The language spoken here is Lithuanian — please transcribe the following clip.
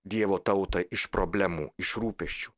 dievo tautą iš problemų iš rūpesčių